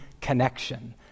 connection